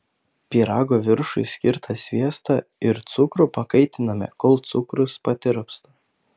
pyrago viršui skirtą sviestą ir cukrų pakaitiname kol cukrus patirpsta